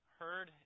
heard